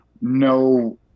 No